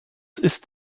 ist